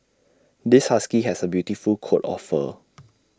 this husky has A beautiful coat of fur